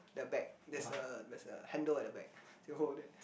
the back there's a there's a handle at the back you hold there